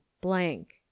Blank